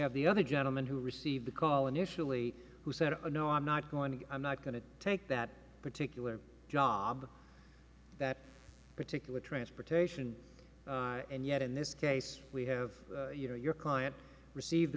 have the other gentleman who received the call initially who said you know i'm not going to i'm not going to take that particular job that particular transportation and yet in this case we have you know your client received